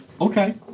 Okay